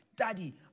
Daddy